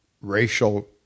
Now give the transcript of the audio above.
racial